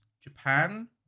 Japan